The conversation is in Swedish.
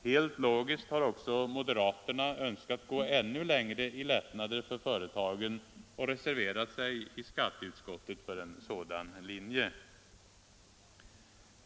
Helt logiskt har också moderaterna önskat gå ännu längre i lättnader för företagen och reserverat sig i skatteutskottet för en sådan linje.